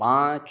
पाँच